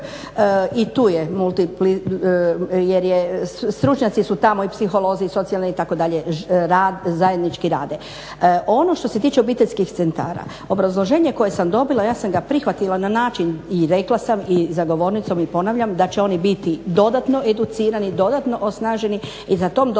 i tu je, stručnjaci su tamo i psiholozi i socijalni itd. zajednički rade. Ono što se tiče obiteljskih centara obrazloženje koje sam dobila ja sam ga prihvatila na način i rekla sam i za govornicom i ponavljam da će oni biti dodatno educirani, dodatno osnaženi i za tom dodatnom